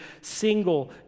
single